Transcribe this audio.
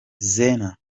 zena